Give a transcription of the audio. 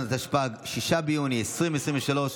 התשפ"ג 2023,